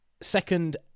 Second